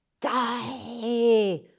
die